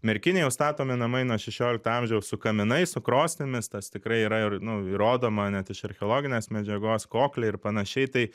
merkinėj jau statomi namai nuo šešiolikto amžiaus su kaminais su krosnimis tas tikrai yra ir nu įrodoma net iš archeologinės medžiagos kokliai ir panašiai tai